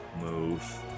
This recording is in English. move